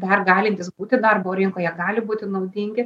dar galintys būti darbo rinkoje gali būti naudingi